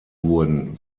wurden